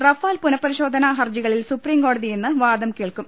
Rafale പുനഃപരിശോധനാ ഹർജികളിൽ സൂപ്രീംകോടതി ഇന്ന് വാദം കേൾക്കും